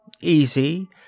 easy